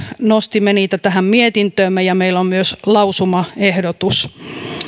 nostimme niitä tähän mietintöömme ja meillä on myös lausumaehdotus